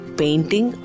painting